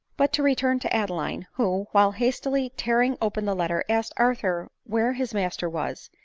but to return to adeline, who, while hastily tearing open the letter, asked arthur where his master was,